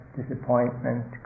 disappointment